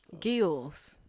Gills